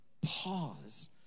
Pause